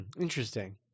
Interesting